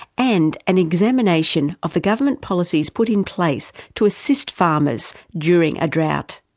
and an examination of the government policies put in place to assist farmers during a drought.